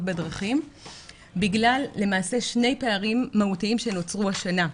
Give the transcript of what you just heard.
בדרכים בגלל שני פערים מהותיים שנוצרו השנה.